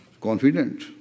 confident